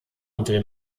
unter